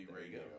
radio